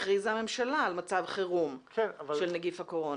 הכריזה הממשלה על מצב חירום של נגיף הקורונה.